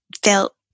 felt